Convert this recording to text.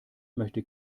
möchte